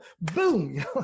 boom